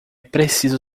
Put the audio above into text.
preciso